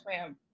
ma'am